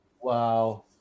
Wow